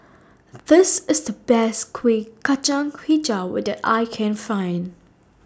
This IS The Best Kuih Kacang Hijau I Can Find